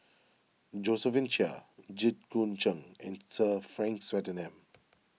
Josephine Chia Jit Koon Ch'ng and Sir Frank Swettenham